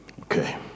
Okay